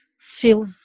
feel